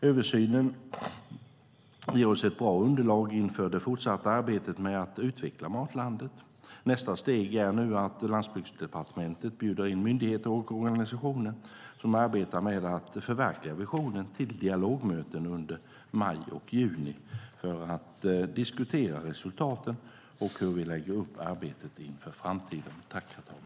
Översynen ger oss ett bra underlag inför det fortsatta arbetet med att utveckla Matlandet. Nästa steg är nu att Landsbygdsdepartementet bjuder in myndigheter och organisationer som arbetar med att förverkliga visionen till dialogmöten under maj och juni för att diskutera resultaten och hur vi lägger upp arbetet inför framtiden.